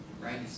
right